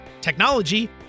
technology